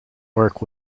work